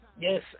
Yes